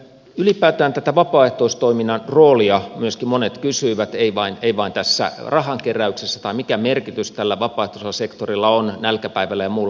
ylipäätään tätä vapaaehtoistoiminnan roolia ei vain tässä rahankeräyksessä myöskin monet kysyivät tai sitä mikä merkitys tällä vapaaehtoisella sektorilla on nälkäpäivällä ja muulla